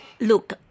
look